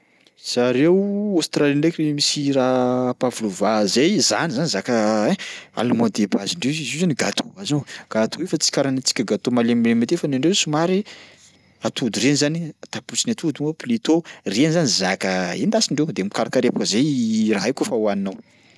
Zareo Aostralia draiky misy raha pavlova zay, zany zany zaka ein aliment de base ndreo zany izy io zany gâteau azonao? Gâteau io fa tsy karaha ny antsika gâteau tsika malemilemy aty fa ny andreo somary atody reny zany tapotsin'atody moa plutôt, reny zany zaka endasindreo dia mikarikarepoka zay raha io kaofa hohaninao.